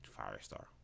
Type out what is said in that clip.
Firestar